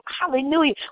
Hallelujah